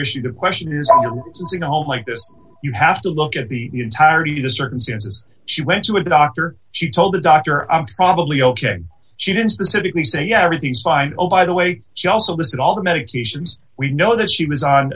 issue to question using your home like this you have to look at the entirety the circumstances she went to a doctor she told the doctor i'm probably ok she didn't specifically say yeah everything's fine oh by the way she also does that all the medications we know that she was on